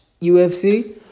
UFC